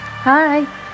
Hi